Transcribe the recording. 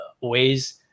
ways